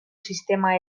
sistema